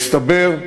הסתבר,